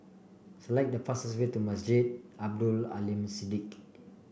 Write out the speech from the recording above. select the fastest way to Masjid Abdul Aleem Siddique